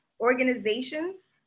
organizations